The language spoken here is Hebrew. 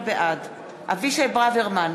בעד אבישי ברוורמן,